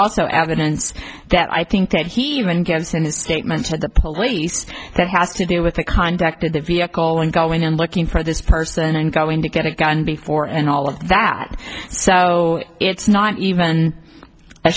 also evidence that i think that he even gets in his statement to the police that has to do with the conduct of the vehicle and going in looking for this person and going to get a gun before and all of that so it's not even a